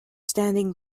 standing